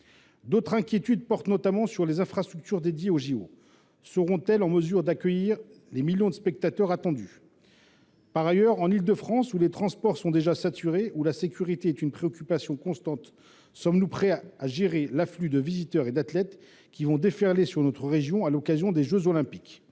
à s’exprimer, portant notamment sur les infrastructures dédiées aux JO. Seront elles en mesure d’accueillir les millions de spectateurs attendus ? Par ailleurs, en Île de France, où les transports sont déjà saturés et où la sécurité est une préoccupation constante, sommes nous prêts à gérer l’afflux de visiteurs et d’athlètes qui vont déferler sur notre région à l’occasion des jeux Olympiques ?